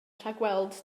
rhagweld